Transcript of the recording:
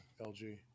LG